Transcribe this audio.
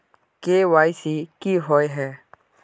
KYC की हिये है?